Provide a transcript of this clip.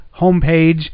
homepage